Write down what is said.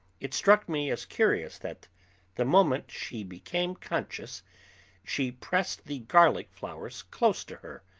it struck me as curious that the moment she became conscious she pressed the garlic flowers close to her.